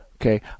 okay